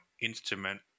instrument